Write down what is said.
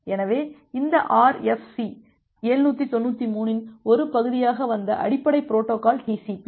எனவே இந்த RFC 793 இன் ஒரு பகுதியாக வந்த அடிப்படை பொரோட்டோகால் டிசிபி